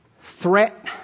threat